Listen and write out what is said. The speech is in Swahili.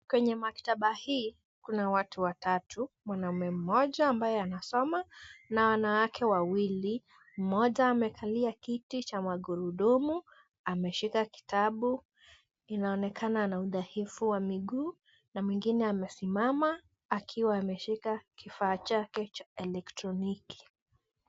Kwenye maktaba hii kuna watu watatu, mwanamume mmoja ambaye anasoma na wanawake wawili, mmoja amekalia kiti cha magurudumu, ameshika kitabu. Inaonekana ana udhaifu wa miguu na mwingine amesimama akiwa ameshika kifaa chake cha elektroniki.